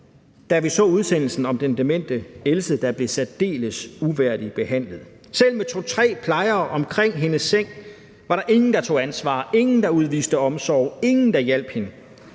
da vi så udsendelsen om den demente Else, der blev særdeles uværdigt behandlet. Selv med to-tre plejere omkring hendes seng var der ingen, der tog ansvar; ingen, der udviste omsorg; ingen, der hjalp hende.